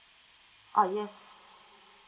uh yes